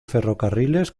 ferrocarriles